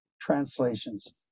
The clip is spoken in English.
translations